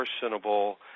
personable